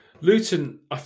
Luton